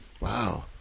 wow